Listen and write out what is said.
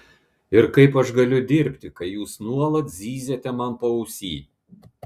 ir kaip aš galiu dirbti kai jūs nuolat zyziate man paausy